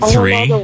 Three